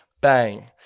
Bang